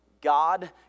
God